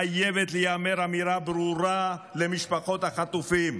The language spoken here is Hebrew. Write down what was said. חייבת להיאמר אמירה ברורה למשפחות החטופים,